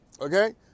okay